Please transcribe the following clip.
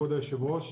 כבוד היושב-ראש,